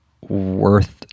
worth